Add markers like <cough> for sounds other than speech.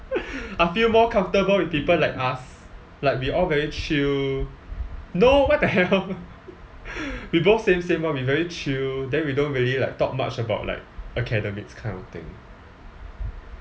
I feel more comfortable with people like us like we all very chill no what the hell <laughs> we both same same [one] we very chill then we don't really like talk much about like academics kind of thing